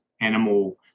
animal